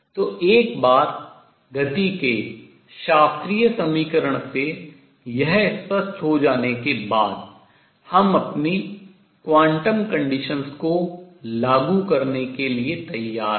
तो एक बार गति के शास्त्रीय समीकरण से यह स्पष्ट हो जाने के बाद हम अपनी quantum conditions क्वांटम शर्तों को लागू करने के लिए तैयार हैं